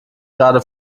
gerade